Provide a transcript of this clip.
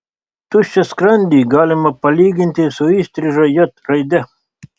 tuščią skrandį galima palyginti su įstriža j raide